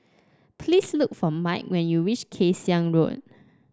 please look for Mike when you reach Kay Siang Road